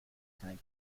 time